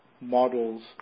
models